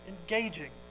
engaging